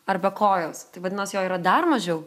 arba kojoms vadinasi jo yra dar mažiau